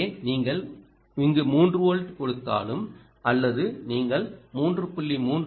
எனவே நீங்கள் இங்கு 3 வோல்ட் கொடுத்தாலும் அல்லது நீங்கள் 3